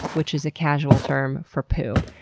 which is a causal term for poo.